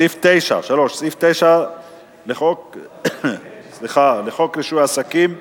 3. סעיף 9 לחוק רישוי עסקים,